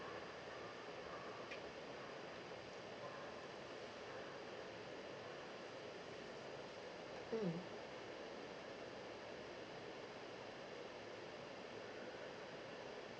mm